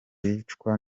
bicwa